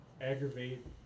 aggravate